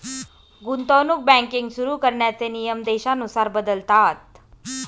गुंतवणूक बँकिंग सुरु करण्याचे नियम देशानुसार बदलतात